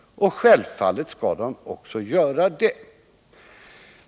Självfallet skall man också göra det.